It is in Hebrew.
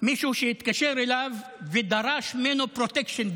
מישהו שהתקשר אליו ודרש ממנו פרוטקשן,